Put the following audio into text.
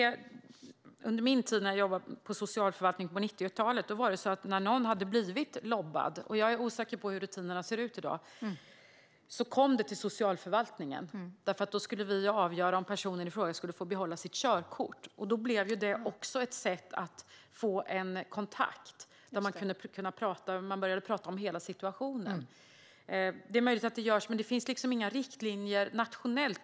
När jag jobbade på socialförvaltningen på 90-talet var det så - jag är osäker på hur rutinerna ser ut i dag - att socialförvaltningen meddelades när någon hade blivit LOB:ad. Vi skulle nämligen avgöra om personen i fråga skulle få behålla sitt körkort, och då blev det också ett sätt att få kontakt och kunna börja prata om hela situationen. Det är möjligt att det görs, men jag tror inte att det finns några riktlinjer nationellt.